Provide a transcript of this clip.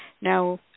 Now